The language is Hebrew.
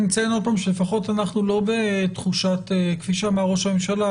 אני אציין עוד פעם שלפחות אנחנו לא בתחושת כפי שאמר ראש הממשלה,